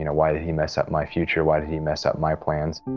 you know why did he mess up my future why did he mess up my plans?